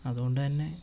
അതുകൊണ്ടുതന്നെ